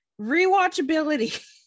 Rewatchability